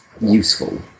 useful